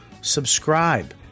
subscribe